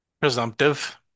Presumptive